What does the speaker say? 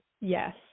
yes